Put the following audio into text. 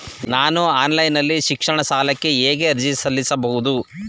ನಾನು ಆನ್ಲೈನ್ ನಲ್ಲಿ ಶೈಕ್ಷಣಿಕ ಸಾಲಕ್ಕೆ ಹೇಗೆ ಅರ್ಜಿ ಸಲ್ಲಿಸಬಹುದು?